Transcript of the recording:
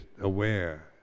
aware